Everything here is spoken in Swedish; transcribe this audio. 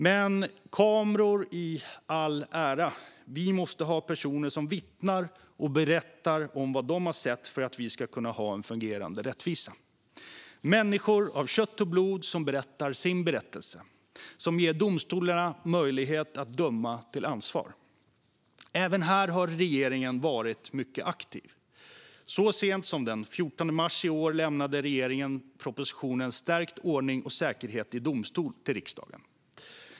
Men kameror i all ära, vi måste ha personer som vittnar och berättar om vad de har sett för att vi ska kunna ha en fungerande rättvisa. Det handlar om människor av kött och blod som ger sina berättelser, som ger domstolarna möjlighet att döma till ansvar. Även här har regeringen varit mycket aktiv. Så sent som den 14 mars i år lämnade regeringen propositionen Stärkt ordning och säkerhet i domstol till riksdagen.